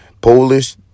Polish